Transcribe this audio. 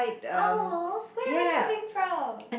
owls where are they coming from